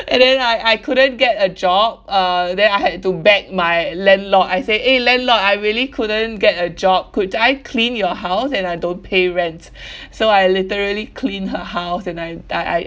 and then I I couldn't get a job uh then I had to beg my landlord I say eh landlord I really couldn't get a job could I clean your house and I don't pay rent so I literally cleaned her house and I I